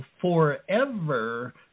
forever